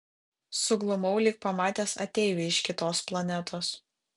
suglumau lyg pamatęs ateivį iš kitos planetos